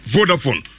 Vodafone